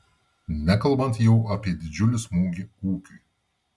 nekalbant jau apie didžiulį smūgį ūkiui